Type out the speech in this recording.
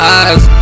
eyes